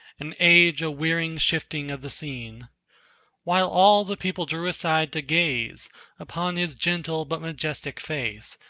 and age a weary shifting of the scene while all the people drew aside to gaze upon his gentle but majestic face,